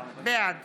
בעד